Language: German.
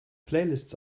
playlists